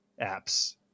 apps